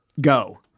go